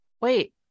Wait